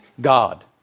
God